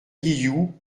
guillou